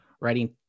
writing